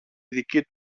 δική